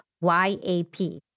Y-A-P